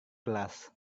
kelas